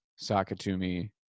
Sakatumi